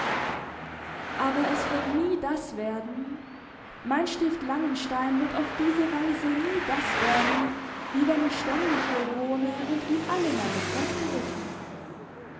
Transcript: aber es wird nie das werden mein stift langenstein wird auf diese weise nie das werden wie wenn ich ständig hier wohne und ihm alle meine kräfte widme